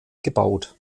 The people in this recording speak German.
gebaut